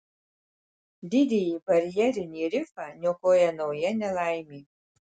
didįjį barjerinį rifą niokoja nauja nelaimė